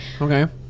Okay